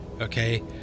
okay